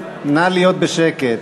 נא להיות בשקט.